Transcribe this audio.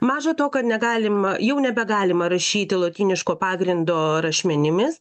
maža to kad negalima jau nebegalima rašyti lotyniško pagrindo rašmenimis